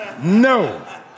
No